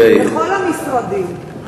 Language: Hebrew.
בכל המשרדים,